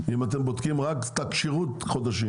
אם אתם בודקים רק את הכשירות חודשים,